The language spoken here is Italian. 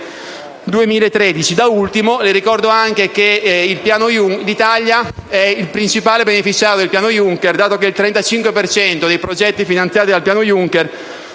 Da ultimo, le ricordo che l'Italia è il principale beneficiario del piano Juncker, dato che il 35 per cento dei progetti finanziati da tale piano sono